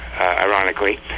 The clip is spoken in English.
ironically